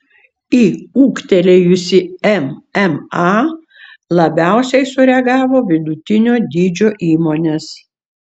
į ūgtelėjusį mma labiausiai sureagavo vidutinio dydžio įmonės